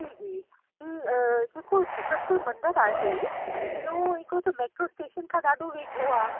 जी जी ई जेको छतरपुर मंदरु आहे इहो हिकिड़ो त मैट्रो स्टेशन खां ॾाढो वेझो आहे